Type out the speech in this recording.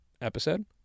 episode